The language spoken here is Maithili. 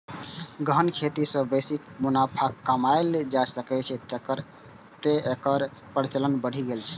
गहन खेती सं बेसी मुनाफा कमाएल जा सकैए, तें एकर प्रचलन बढ़ि गेल छै